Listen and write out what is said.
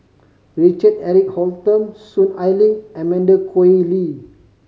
Richard Eric Holttum Soon Ai Ling and Amanda Koe Lee